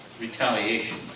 retaliation